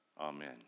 Amen